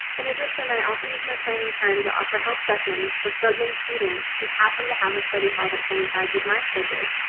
in addition, i also use my planning times offer help sessions for struggling students who happened to have a study hall that coincides coincides with my schedule.